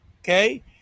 Okay